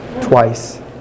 twice